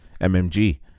MMG